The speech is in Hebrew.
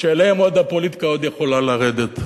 שאליהן הפוליטיקה עוד יכולה לרדת.